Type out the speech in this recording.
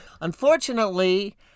unfortunately